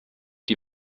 die